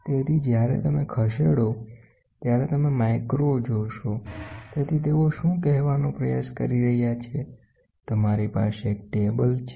તેથી જ્યારે તમે ખસેડો ત્યારે તમે માઇક્રો જોશો તેથી તેઓ શું કહેવાનો પ્રયાસ કરી રહ્યા છે તમારી પાસે એક ટેબલ છે